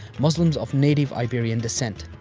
muslims of native iberian descent.